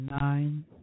nine